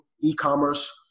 e-commerce